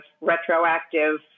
retroactive